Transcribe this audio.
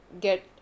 get